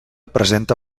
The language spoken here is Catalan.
presenta